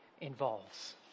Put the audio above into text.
involves